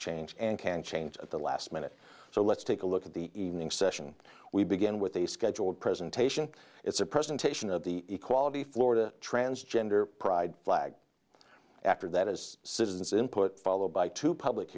change and can change at the last minute so let's take a look at the evening session we began with a scheduled presentation it's a presentation of the equality florida transgender pride flag after that as citizens input followed by two public